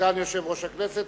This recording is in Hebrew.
סגן יושב-ראש הכנסת.